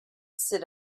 sit